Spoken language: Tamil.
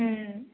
ம்